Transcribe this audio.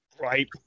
Right